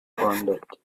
rounded